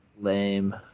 Lame